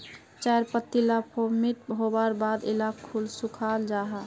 चायर पत्ती ला फोर्मटिंग होवार बाद इलाक सुखाल जाहा